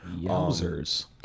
Losers